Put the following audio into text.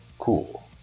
Cool